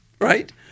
right